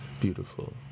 beautiful